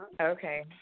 Okay